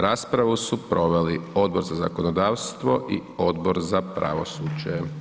Raspravu su proveli Odbor za zakonodavstvo i Odbor za pravosuđe.